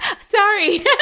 Sorry